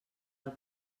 del